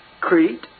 Crete